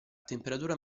temperatura